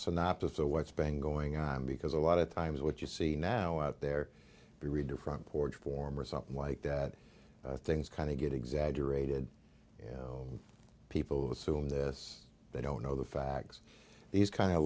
synopsis of what's been going on because a lot of times what you see now out there the reader front porch form or something like that things kind of get exaggerated you know people assume this they don't know the facts these kind of